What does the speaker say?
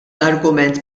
argument